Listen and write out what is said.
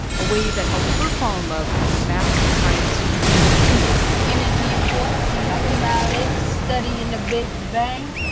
a way that helped her fall in love with math and science when she was a teenager energy of force, mathematics, studying the big bang.